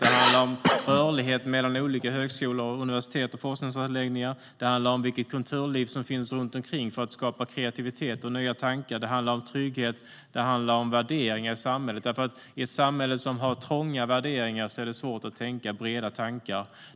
Det handlar om rörlighet mellan olika högskolor, universitet och forskningsanläggningar. Det handlar om vilket kulturliv som finns runt omkring för att skapa kreativitet och nya tankar. Det handlar om trygghet. Det handlar om värderingar i samhället, därför att i ett samhälle som har trånga värderingar är det svårt att tänka breda tankar.